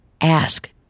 ask